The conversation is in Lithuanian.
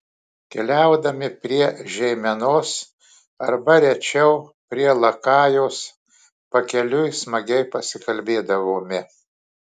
keliaudami prie žeimenos arba rečiau prie lakajos pakeliui smagiai pasikalbėdavome